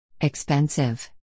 expensive